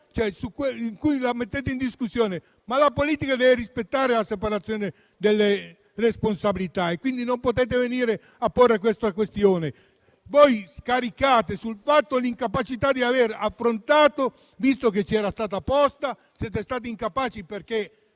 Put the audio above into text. TAR e li mettete in discussione, ma la politica deve rispettare la separazione delle responsabilità, quindi non potete venire a porre questa questione. Voi scaricate sulla giurisdizione l'incapacità di aver affrontato la questione, visto che ci era stata posta. Siete stati incapaci perché,